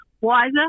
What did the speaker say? wiser